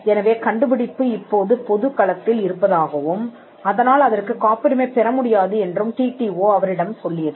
எனவே கண்டுபிடிப்பு இப்போது பொதுகளத்தில் இருப்பதாகவும் அதனால் அதற்குக் காப்புரிமை பெற முடியாது என்றும் டிடிஓ அவரிடம் சொல்லியது